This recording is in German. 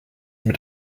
mit